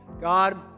God